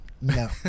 no